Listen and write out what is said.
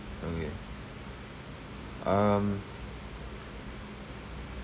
okay um